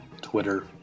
Twitter